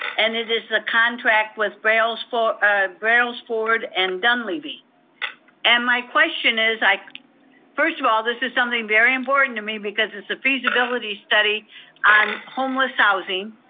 and it is the contract with brailsford ah brailsford and dunlavey. and my question is, like first of all this is something very important to me, because it's a feasibility study on homeless housing.